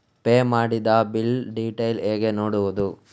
Pay ಮಾಡಿದ bill detail ಹೇಗೆ ನೋಡುವುದು?